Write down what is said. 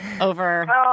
over